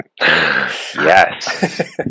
Yes